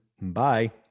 Bye